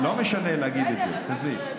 לא משנה להגיד את זה, עזבי.